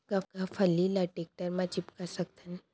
का फल्ली ल टेकटर म टिपका सकथन?